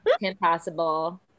Impossible